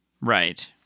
Right